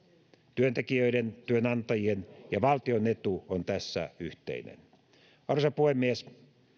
työntekijöiden työnantajien ja valtion etu on tässä yhteinen arvoisa puhemies